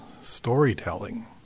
storytelling